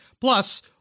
Plus